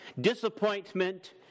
disappointment